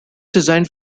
designed